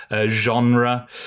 genre